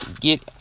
get